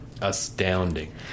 astounding